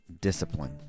discipline